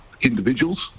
individuals